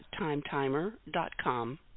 Timetimer.com